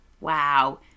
Wow